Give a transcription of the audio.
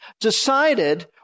decided